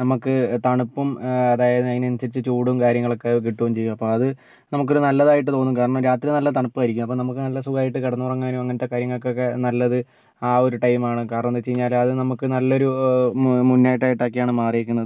നമുക്ക് തണുപ്പും അതായത് അതിനനുസരിച്ച് ചൂടും കാര്യങ്ങളൊക്കെ കിട്ടും ചെയ്യും അപ്പോൾ അത് നമുക്കൊരു നല്ലതായിട്ട് തോന്നും കാരണം രാത്രി നല്ല തണുപ്പായിരിക്കും അപ്പോൾ നമുക്ക് നല്ല സുഖമായിട്ട് കിടന്നുറങ്ങാനും അങ്ങനത്തെ കാര്യങ്ങൾക്കൊക്കെ നല്ലത് ആ ഒരു ടൈമാണ് കാരണമെന്തെന്നു വെച്ച് കഴിഞ്ഞാൽ അത് നമുക്ക് നല്ലൊരു മുന്നോട്ടൊക്കെയായിട്ടാണ് മാറിയിരിക്കുന്നത്